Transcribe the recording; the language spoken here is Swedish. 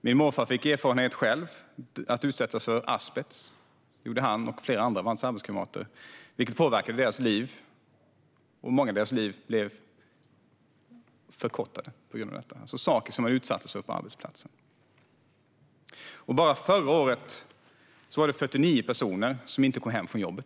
Min morfar fick själv erfarenhet av att utsättas för asbest. Det hände honom och flera av hans arbetskamrater, vilket påverkade och i många fall förkortade deras liv. Det var sådant de utsattes för på arbetsplatsen. Bara förra året var det 49 personer som inte kom hem från jobbet.